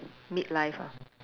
mid life ah